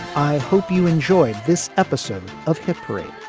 i hope you enjoyed this episode of hit parade.